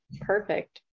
perfect